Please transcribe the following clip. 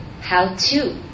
how-to